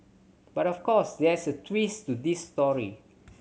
but of course there's a twist to this story